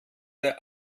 der